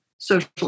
social